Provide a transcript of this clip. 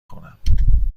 خورم